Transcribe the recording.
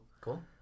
cool